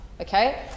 Okay